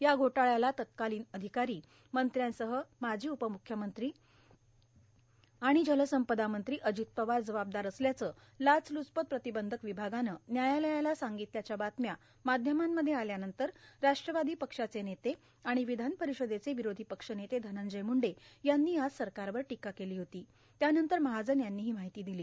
या घोटाळ्याला तत्कालोन र्शाधकारो मंत्र्यांसह माजी उपम्रख्यमंत्री आर्मण जलसंपदा मंत्री अजित पवार जबाबदार असल्याचं लाचल्रचपत प्रांतबंधक र्वभागानं न्यायालयाला सांगितल्याच्या बातम्या माध्यमांमध्ये आल्यानंतर राष्ट्रवादी पक्षाचे नेते आर्माण र्वधानर्पारषदेचे र्यावरोधी पक्ष नेते धनंजय मूंडे यांनी आज सरकारवर टोका केलो होती त्यानंतर महाजन यांनी ही मार्गाहती दिली